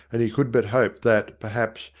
and he could but hope that, perhaps,